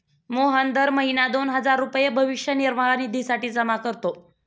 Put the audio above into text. मोहन दर महीना दोन हजार रुपये भविष्य निर्वाह निधीसाठी जमा करतो